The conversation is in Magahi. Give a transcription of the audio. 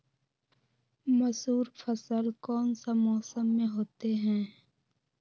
मसूर फसल कौन सा मौसम में होते हैं?